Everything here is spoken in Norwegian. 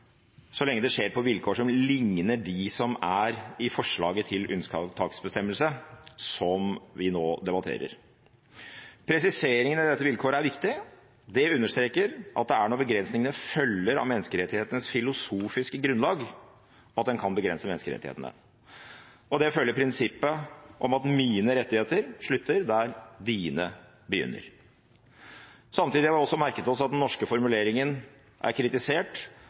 så lenge det skjer på vilkår som ligner dem som er i forslaget til unntaksbestemmelse, som vi nå debatterer. Presiseringen i dette vilkåret er viktig. Det understreker at det er når begrensningene følger av menneskerettighetenes filosofiske grunnlag, at en kan begrense menneskerettighetene, og det følger prinsippet om at mine rettigheter slutter der dine begynner. Samtidig har vi også merket oss at den norske formuleringen er kritisert